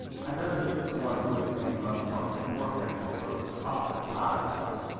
i noticed that cornwood came up from the forecastle over the top of the pilot-house,